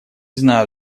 знаю